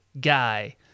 guy